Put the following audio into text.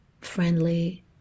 friendly